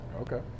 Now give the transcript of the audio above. Okay